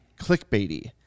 clickbaity